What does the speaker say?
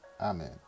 amen